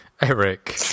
Eric